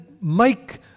make